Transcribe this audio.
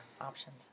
options